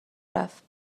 رفت